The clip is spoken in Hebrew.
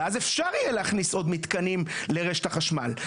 ואז אפשר יהיה להכניס עוד מתקנים לרשת החשמל.